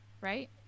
right